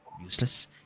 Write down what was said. useless